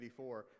1984